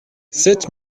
sept